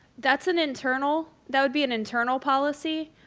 that's an internal, that would be an internal policy.